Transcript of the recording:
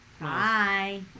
Bye